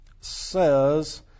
says